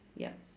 ya